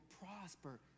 prosper